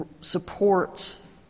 supports